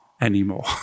anymore